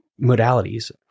modalities